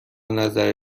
نظر